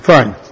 Fine